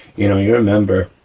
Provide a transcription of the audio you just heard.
you know you'll remember,